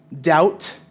doubt